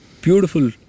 beautiful